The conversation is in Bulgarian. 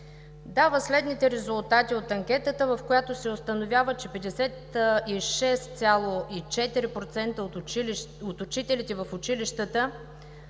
дава следните резултати от анкетата, в която се установява, че на 56,4% от учителите в училищата